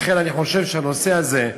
לכן אני חושב שהנושא הזה,